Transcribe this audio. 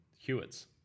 Hewitt's